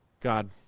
God